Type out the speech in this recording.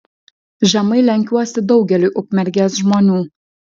žemai lenkiuosi daugeliui ukmergės žmonių